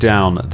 down